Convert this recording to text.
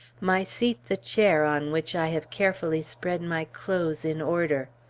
my seat the chair on which i have carefully spread my clothes in order.